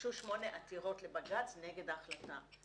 הוגשו שמונה עתירות לבג"ץ נגד ההחלטה.